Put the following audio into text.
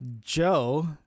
joe